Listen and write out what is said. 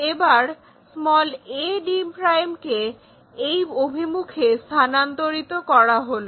এবার ad কে এই অভিমুখে স্থানান্তরিত করো